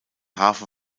hafen